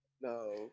no